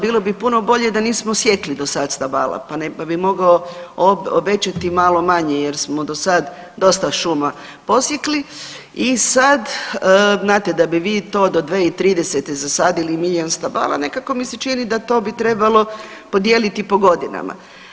Bilo bi puno bolje da nismo sjekli do sada stabala, pa bi mogao obećati malo manje jer smo do sada dosta šuma posjekli i sada znate da bi vi to do 2030. zasadili milijun stabala nekako mi se čini da to bi trebalo podijeliti po godinama.